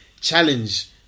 challenge